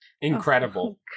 Incredible